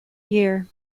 year